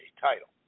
title